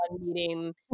meeting